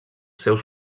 seus